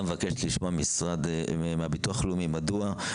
הוועדה מבקשת לשמוע מהביטוח הלאומי מדוע,